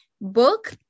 book